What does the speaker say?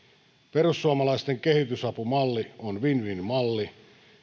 perussuomalaisten kehitysapumalli on win win malli